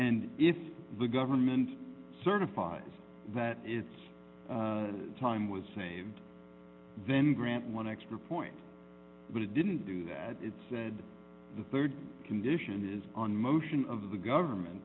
and if the government certifies that its time was saved then grant one extra point but it didn't do that it said the rd condition is on motion of the government